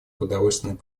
продовольственной